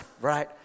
Right